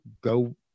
go